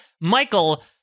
Michael